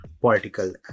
political